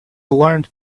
alarmed